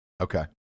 Okay